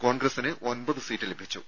കോൺഗ്രസ്സിന് ഒൻപത് സീറ്റ് ലഭിച്ചു